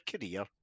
career